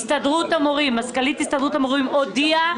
מזכ"לית הסתדרות המורים הודיעה